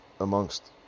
amongst